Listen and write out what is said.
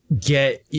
get